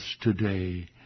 today